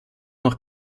noch